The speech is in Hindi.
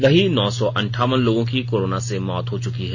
वहीं नौ सौ अंठावन लोगों की कोरोना से मौत हो चुकी है